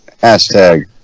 Hashtag